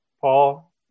Paul